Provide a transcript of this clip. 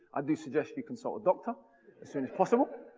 i do suggest you consult a doctor as soon as possible.